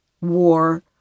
war